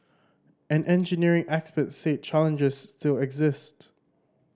an engineering expert said challenges still exist